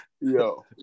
Yo